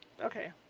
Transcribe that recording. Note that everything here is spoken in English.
okay